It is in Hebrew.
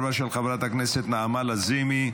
2024, של חברת הכנסת נעמה לזימי.